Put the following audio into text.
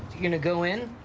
you're going to go in,